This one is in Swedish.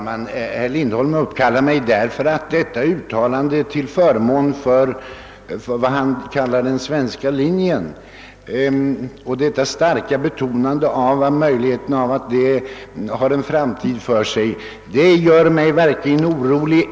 Herr talman! Herr Lindholm uppkallade mig till ett genmäle, ty hans uttalande till förmån för vad han kallar den svenska linjen och hans starka betonande av möjligheterna av att den har en framtid för sig gör mig verkligen orolig.